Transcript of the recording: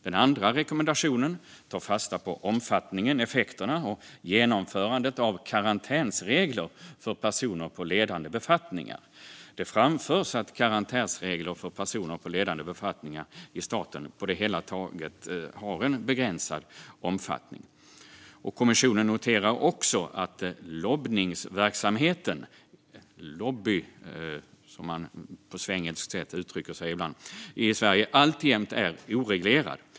Den andra rekommendationen tar fasta på omfattningen, effekterna och genomförandet av karantänsregler för personer på ledande befattningar. Det framförs att karantänsregler för personer på ledande befattningar i staten på det hela taget har en begränsad omfattning. Kommissionen noterar också att lobbningsverksamheten i Sverige alltjämt är oreglerad.